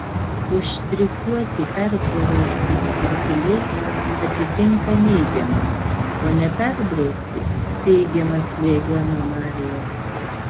užštrichuoti perbraukti skrituliai atitinka neigiamas o neperbraukti teigiamas slėgio anomalijas